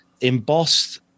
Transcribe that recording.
embossed